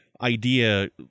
idea